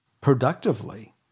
productively